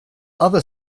other